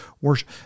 worship